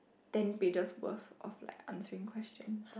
ten pages worth of like answering question